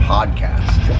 Podcast